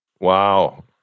Wow